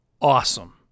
awesome